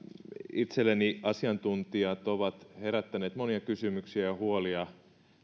itselleni asiantuntijat ovat herättäneet monia kysymyksiä ja huolia